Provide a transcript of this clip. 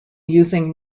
using